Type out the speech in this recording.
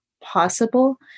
possible